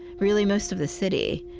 really most of the city,